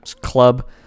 Club